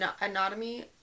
anatomy